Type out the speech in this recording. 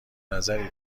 نظری